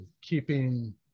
keeping